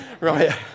Right